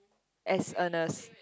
as Ernest